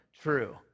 true